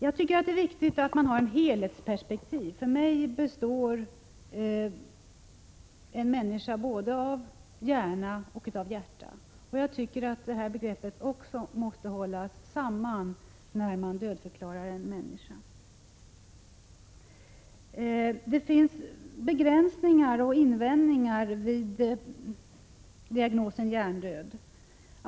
Det är viktigt att ha ett helhetsperspektiv på denna fråga. För mig består en människa av både hjärta och hjärna. Dessa begrepp måste hållas samman. Enligt min mening måste båda dessa organs funktioner vara utslocknade innan en människa dödförklaras. Det finns begränsningar för och invändningar mot diagnosen hjärndöd.